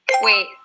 Wait